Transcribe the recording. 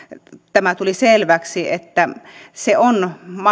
tämä tuli selväksi se on